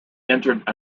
entered